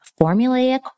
formulaic